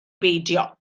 beidio